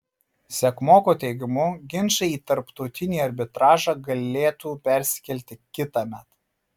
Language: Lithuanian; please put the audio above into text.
sekmoko teigimu ginčai į tarptautinį arbitražą galėtų persikelti kitąmet